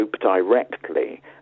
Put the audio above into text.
directly